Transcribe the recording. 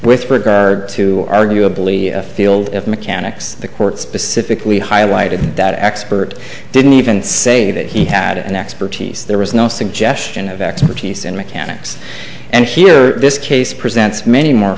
with regard to arguably a field of mechanics the court specifically highlighted that expert didn't even say that he had an expertise there was no suggestion of expertise in mechanics and this case presents many more